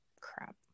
Crap